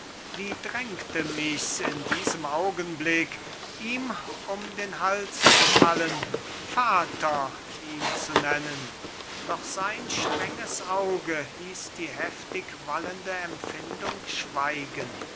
wie drängte michs in diesem augenblick ihm um den hals zu fallen vater ihn zu nennen doch sein strenges auge hieß die heftig wallende empfindung schweigen